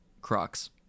Crocs